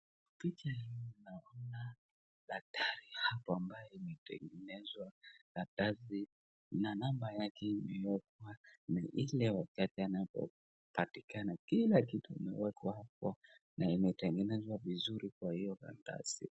Picha hii naona daktari hapa ambaye anatengenezwa karatasi na number yake imewekwa, na ile wakati anapatikana, kila kitu imewekwa hapo na imetengenezwa vizuri kwa hiyo karatasi.